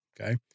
Okay